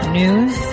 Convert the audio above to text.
news